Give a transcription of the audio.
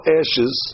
ashes